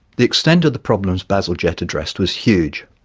the extent of the problems bazalgette addressed was huge.